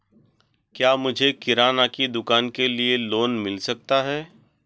क्या मुझे किराना की दुकान के लिए लोंन मिल सकता है?